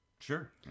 Sure